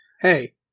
Hey